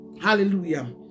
Hallelujah